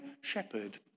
shepherd